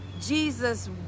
jesus